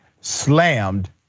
slammed